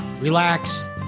relax